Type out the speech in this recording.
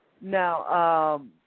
Now